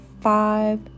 five